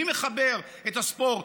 מי מחבר את הספורט,